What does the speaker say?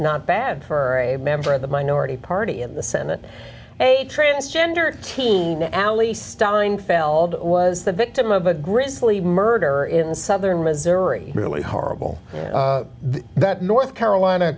not bad for a member of the minority party in the senate a transgender teen alley steinfeld was the victim of a grisly murder in southern missouri really horrible the that north carolina